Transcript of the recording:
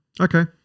Okay